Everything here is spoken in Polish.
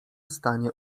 stanie